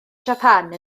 japan